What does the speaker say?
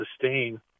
sustain